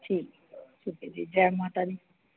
ठीक ऐ ठीक ऐ जी जै माता दी